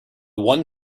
one